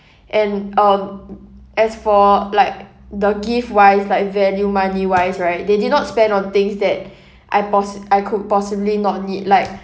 and uh as for like the gift wise like value money wise right they did not spend on things that I possi~ I could possibly not need like